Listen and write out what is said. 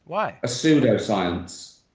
why? a pseudoscience.